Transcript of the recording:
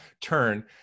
turn